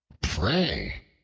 Pray